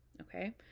okay